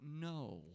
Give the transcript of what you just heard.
No